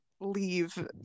Leave